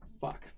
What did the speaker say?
fuck